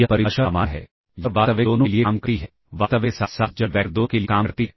यह परिभाषा सामान्य है यह वास्तविक दोनों के लिए काम करती है वास्तविक के साथ साथ जटिल वैक्टर दोनों के लिए काम करती है